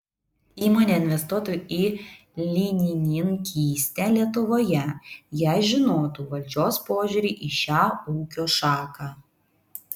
įmonė investuotų į linininkystę lietuvoje jei žinotų valdžios požiūrį į šią ūkio šaką